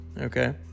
Okay